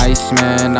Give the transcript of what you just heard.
Iceman